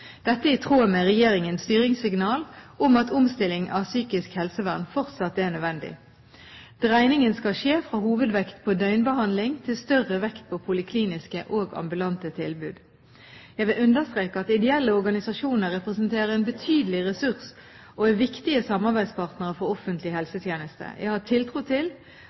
Dette er i tråd med regjeringens styringssignal, at omstilling av psykisk helsevern fortsatt er nødvendig. Dreiningen skal skje fra hovedvekt på døgnbehandling til større vekt på polikliniske og ambulante tilbud. Jeg vil understreke at ideelle organisasjoner representerer en betydelig ressurs og er viktige samarbeidspartnere for offentlig helsetjeneste. Jeg har tiltro til